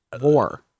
War